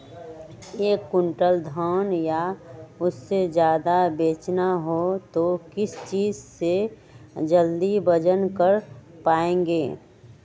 एक क्विंटल धान या उससे ज्यादा बेचना हो तो किस चीज से जल्दी वजन कर पायेंगे?